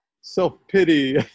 self-pity